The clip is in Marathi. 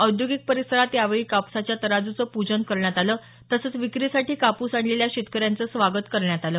औद्योगिक परिसरात यावेळी कापसाच्या तराजूचं पूजन करण्यात आलं तसंच विक्रीसाठी कापूस आणलेल्या शेतकऱ्यांचं स्वागत करण्यात आलं